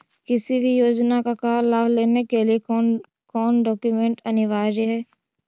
किसी भी योजना का लाभ लेने के लिए कोन कोन डॉक्यूमेंट अनिवार्य है?